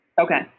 Okay